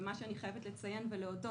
ומה שאני חייבת לציין ולהודות,